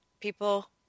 People